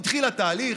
התחיל התהליך: